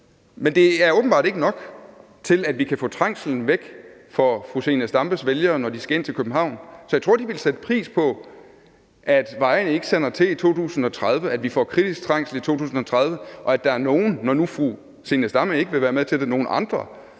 Men det er åbenbart ikke nok til, at vi kan få trængslen væk for fru Zenia Stampes vælgere, når de skal ind til København. Så jeg tror på, at de vil sætte pris på, at vejene ikke sander til i 2030, at vi ikke får kritisk trængsel i 2030, og at der er nogle andre – når nu fru Zenia Stampe ikke vil være med til det – der